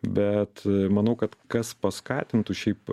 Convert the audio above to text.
bet manau kad kas paskatintų šiaip